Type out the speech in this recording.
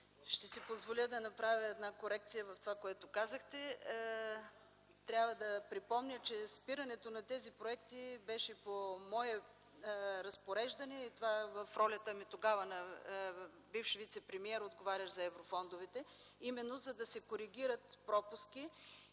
ще си позволя да направя една корекция в това, което казахте. Трябва да припомня, че спирането на тези проекти беше по мое разпореждане в ролята ми тогава на бивш вицепремиер, отговарящ за еврофондовете, именно, за да се коригират пропуски